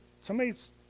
Somebody's